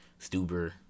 Stuber